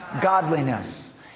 godliness